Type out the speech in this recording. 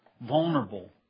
vulnerable